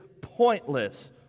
pointless